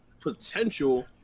potential